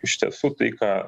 iš tiesų tai ką